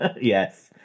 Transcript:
Yes